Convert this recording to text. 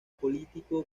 político